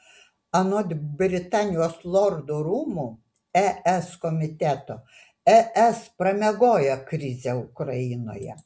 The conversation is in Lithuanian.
anot britanijos lordų rūmų es komiteto es pramiegojo krizę ukrainoje